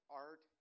art